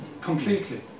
completely